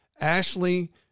Ashley